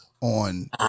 on